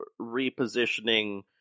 repositioning